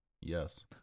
Yes